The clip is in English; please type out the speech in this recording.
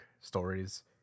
stories